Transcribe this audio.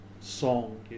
song